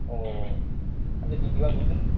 ও আপনি কী কী বার বসেন